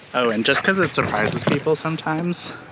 oh, and just because it surprises people sometimes,